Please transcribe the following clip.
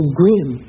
grim